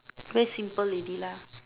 wear simple lady lah